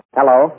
Hello